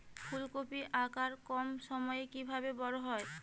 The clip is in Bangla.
ফুলকপির আকার কম সময়ে কিভাবে বড় হবে?